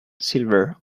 silver